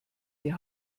die